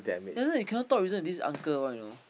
ya then you cannot talk reason with this uncle one you know